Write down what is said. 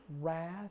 wrath